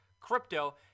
crypto